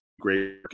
great